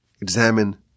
Examine